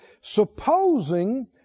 supposing